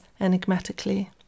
enigmatically